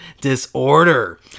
disorder